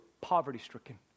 poverty-stricken